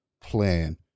plan